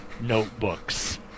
notebooks